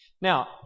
Now